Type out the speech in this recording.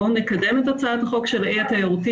בואו נקדם את הצעת החוק של האי התיירותי.